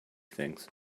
things